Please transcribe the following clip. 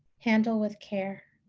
handle with care.